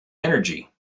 energy